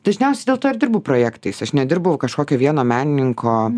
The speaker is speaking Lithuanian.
dažniausiai dėl to ir dirbu projektais aš nedirbu kažkokio vieno menininko